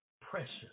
precious